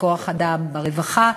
בכוח-אדם ברווחה,